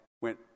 went